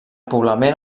poblament